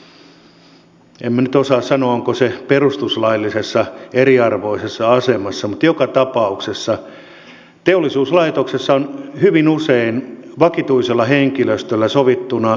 en minä nyt osaa sanoa ovatko perustuslaillisesti eriarvoisessa asemassa mutta joka tapauksessa teollisuuslaitoksessa on hyvin usein vakituisella henkilöstöllä sovittuna tuotantopalkkiojärjestelmiä